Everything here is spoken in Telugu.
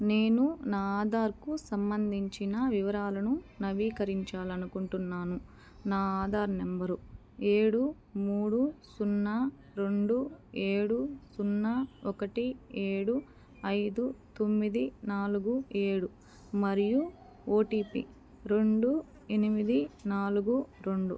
నేను నా ఆధార్కు సంబంధించిన వివరాలను నవీకరించాలనుకుంటున్నాను నా ఆధార్ నెంబరు ఏడు మూడు సున్నా రెండు ఏడు సున్నా ఒకటి ఏడు ఐదు తొమ్మిది నాలుగు ఏడు మరియు ఓటీపీ రెండు ఎనిమిది నాలుగు రెండు